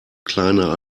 kleiner